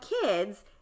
kids